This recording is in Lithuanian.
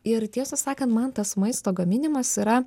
ir tiesą sakant man tas maisto gaminimas yra